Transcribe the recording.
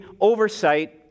oversight